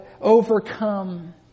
overcome